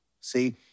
See